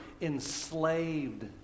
enslaved